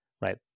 right